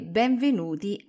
benvenuti